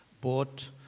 bought